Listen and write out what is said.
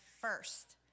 first